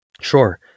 Sure